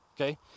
Okay